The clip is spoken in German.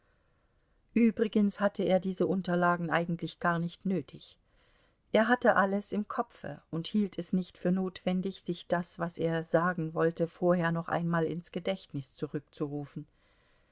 übrigens hatte er diese unterlagen eigentlich gar nicht nötig er hatte alles im kopfe und hielt es nicht für notwendig sich das was er sagen wollte vorher noch einmal ins gedächtnis zurückzurufen